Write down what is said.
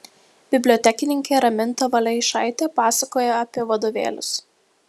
bibliotekininkė raminta valeišaitė pasakojo apie vadovėlius